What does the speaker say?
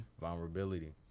vulnerability